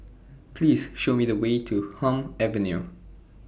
Please Show Me The Way to Hume Avenue